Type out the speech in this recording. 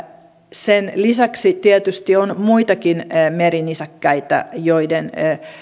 sen lisäksi tietysti on muitakin merinisäkkäitä joiden